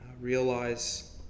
realize